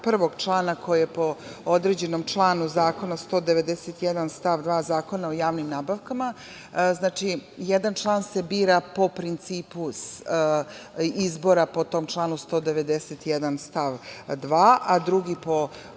prvog člana koji je po određenom članu zakona 191. stav 2. Zakona o javnim nabavkama. Znači, jedan član se bira po principu izbora po tom članu 191. stav 2, a drugi po